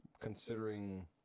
considering